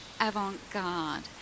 avant-garde